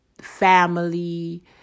family